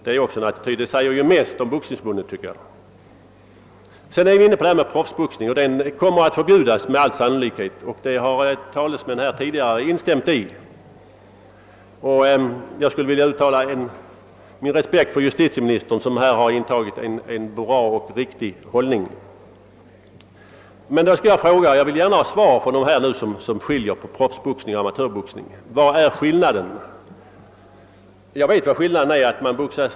Detta uttalande tycker jag mest är avslöjande för Boxningsförbundet. Den professionella boxningen kommer med all sannolikhet att förbjudas, ett krav som tidigare talare har instämt i. Jag vill uttala min respekt för justitieministern, som på denna punkt intagit en riktig hållning. Men jag vill fråga dem som vill göra en kategoriklyvning mellan amatöroch proffsboxning vad som är skillnaden mellan dessa boxningsformer. Jag vill gärna ha ett svar på detta.